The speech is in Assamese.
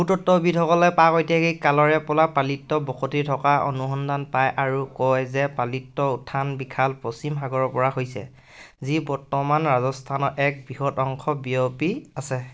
ভূতত্ত্ববিদসকলে প্ৰাগ ঐতিহাসিক কালৰেপৰা পালিত বসতি থকাৰ অনুসন্ধান পাই আৰু কয় যে পালিতৰ উত্থান বিশাল পশ্চিম সাগৰৰপৰা হৈছে যি বৰ্তমানৰ ৰাজস্থানৰ এক বৃহৎ অংশত বিয়পি আছে